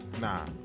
Nah